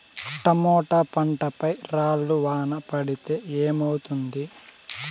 Tomato పంట పై రాళ్లు వాన పడితే ఏమవుతుంది?